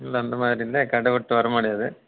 இல்லை அந்த மாதிரி இருந்தால் கடைவிட்டு வர முடியாது